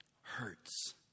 Hurts